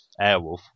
Airwolf